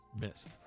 missed